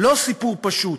לא סיפור פשוט.